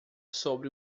sobre